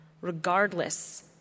regardless